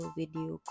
video